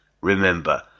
Remember